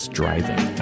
driving